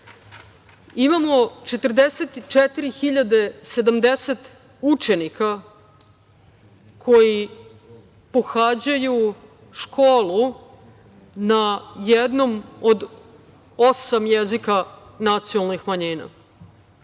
Imamo 44 hiljade 70 učenika koji pohađaju školu na jednom od osam jezika nacionalnih manjina.